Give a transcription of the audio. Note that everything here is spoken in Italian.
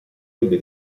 ebbe